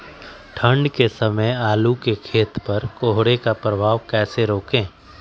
ठंढ के समय आलू के खेत पर कोहरे के प्रभाव को कैसे रोके?